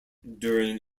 during